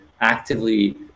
actively